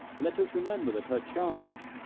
let us remember that her charms,